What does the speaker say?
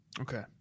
okay